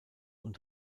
und